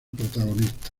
protagonista